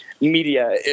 media